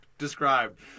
described